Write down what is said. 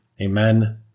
Amen